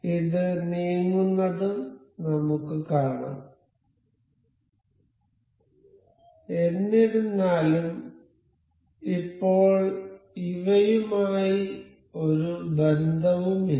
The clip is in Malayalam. ഇത് നീങ്ങുന്നതും നമുക്ക് കാണാം എന്നിരുന്നാലും ഇപ്പോൾ ഇവയുമായി ഒരു ബന്ധവുമില്ല